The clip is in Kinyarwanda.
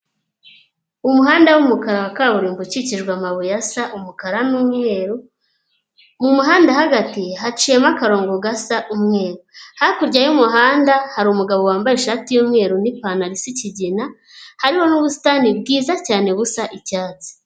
Umuhanda w'umukara wa kaburimbo ukikijwe amabuye asa umukara n'umweru, mu muhanda hagati haciyemo akarongo gasa umweru, hakurya y'umuhanda hari umugabo wambaye ishati y'umweru n'ipantaro isa ikigina, hariho n'ubusitani bwiza cyane busa icyatsi.